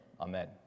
amen